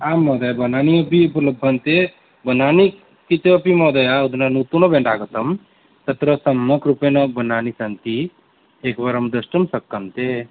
आं महोदये वर्णानि अपि उपलभ्यन्ते वर्णानि कृते अपि महोदय अधुना नूतनब्राण्ड् आगतं तत्र सम्यक् रूपेण वर्णानि सन्ति एकवारं द्रष्टुं शक्यन्ते